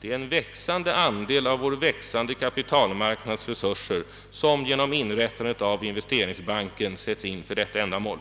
Det är en växande andel av vår växande kapitalmarknads resurser som genom inrättandet av investeringsbanken sättes in för detta ändamål.